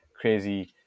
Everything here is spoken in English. crazy